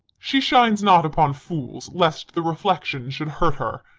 she shines not upon fools, lest the reflection should hurt her.